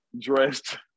dressed